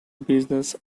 business